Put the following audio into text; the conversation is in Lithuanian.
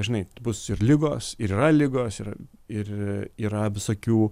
žinai ti bus ir ligos ir yra ligos yra ir yra visokių